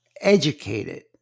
educated